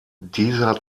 dieser